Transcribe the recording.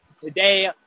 Today